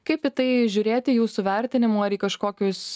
kaip į tai žiūrėti jūsų vertinimu ar į kažkokius